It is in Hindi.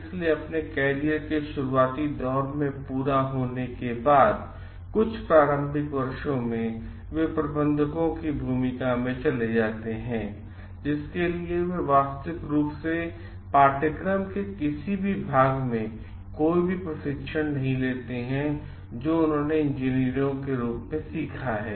इसलिए अपने करियर के शुरुआती दौर में पूरा होने के बाद कुछ प्रारंभिक वर्षों में वे प्रबंधकों की भूमिका में चले जाते हैंजिसके लिए वे वास्तविक रूप में पाठ्यक्रम के किसी भाग में कोई भी प्रशिक्षण नहीं हैं जो उन्होंने इंजीनियरों के रूप में सीखा है